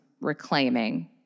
reclaiming